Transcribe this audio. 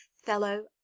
fellow